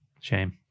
Shame